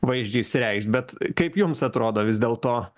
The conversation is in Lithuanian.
vaizdžiai išsireikšt bet kaip jums atrodo vis dėlto